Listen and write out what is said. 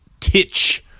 Titch